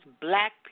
black